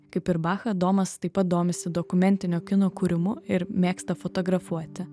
kaip ir bacha domas taip pat domisi dokumentinio kino kūrimu ir mėgsta fotografuoti